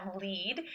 lead